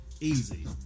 Easy